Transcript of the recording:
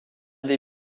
des